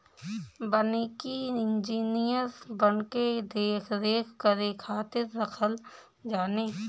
वानिकी इंजिनियर वन के देख रेख करे खातिर रखल जाने